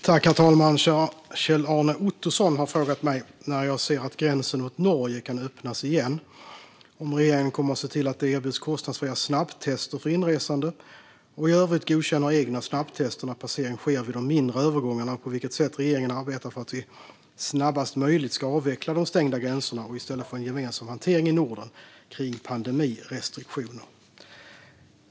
Herr talman! Kjell-Arne Ottosson har frågat mig när jag ser att gränsen mot Norge kan öppnas igen, om regeringen kommer att se till att det erbjuds kostnadsfria snabbtester för inresande och i övrigt godkänner egna snabbtester när passering sker vid de mindre övergångarna och på vilket sätt regeringen arbetar för att vi snabbast möjligt ska avveckla de stängda gränserna och i stället få en gemensam hantering i Norden kring pandemirestriktioner.